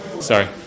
Sorry